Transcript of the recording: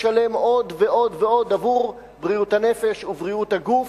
לשלם עוד ועוד ועוד עבור בריאות הנפש ובריאות הגוף.